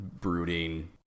brooding